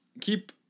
keep